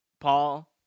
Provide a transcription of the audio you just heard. Paul